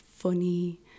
Funny